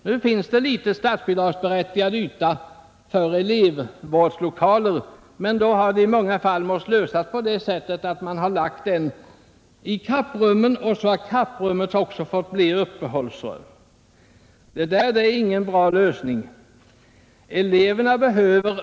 Det finns en liten statsbidragsberättigad yta till elevvårdslokaler, och i många fall har problemet lösts så, att man lagt elevvårdslokalerna i kapprummet, som också fått bli uppehållsrum. Det är ingen bra lösning.